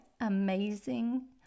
amazing